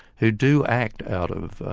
who do act out of